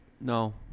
no